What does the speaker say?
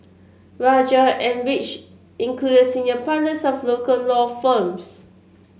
rajah and which included senior partners of local law firms